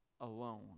alone